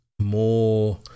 more